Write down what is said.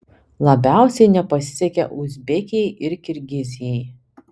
labiausiai nepasisekė uzbekijai ir kirgizijai